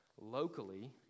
locally